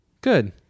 good